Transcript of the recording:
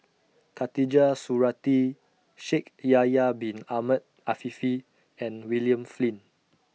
Khatijah Surattee Shaikh Yahya Bin Ahmed Afifi and William Flint